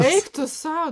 eik tu sau